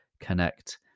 connect